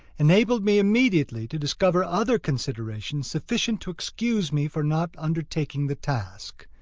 enabled me immediately to discover other considerations sufficient to excuse me for not undertaking the task.